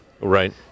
Right